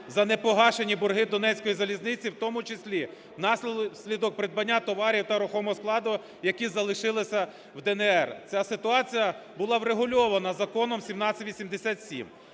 за непогашені борги "Донецької залізниці", в тому числі внаслідок придбання товарів та рухомого складу, які залишилися в ДНР. Ця ситуація була врегульована Законом 1787.